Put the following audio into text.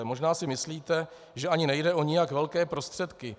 Možná si myslíte, že ani nejde o nijak velké prostředky.